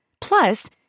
Plus